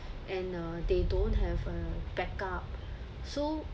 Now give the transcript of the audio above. and uh they don't have a backup so